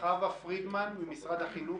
חוה פרידמן, משרד החינוך.